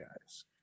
guys